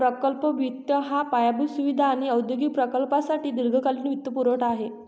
प्रकल्प वित्त हा पायाभूत सुविधा आणि औद्योगिक प्रकल्पांसाठी दीर्घकालीन वित्तपुरवठा आहे